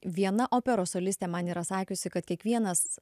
viena operos solistė man yra sakiusi kad kiekvienas